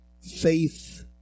faith